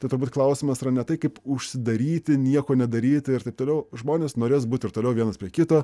tai turbūt klausimas yra ne tai kaip užsidaryti nieko nedaryti ir taip toliau žmonės norės būti ir toliau vienas prie kito